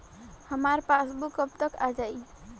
हमार पासबूक कब तक आ जाई?